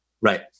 Right